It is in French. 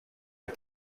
les